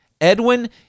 edwin